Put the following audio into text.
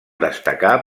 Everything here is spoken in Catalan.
destacar